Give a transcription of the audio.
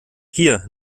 hier